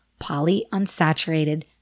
polyunsaturated